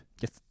Yes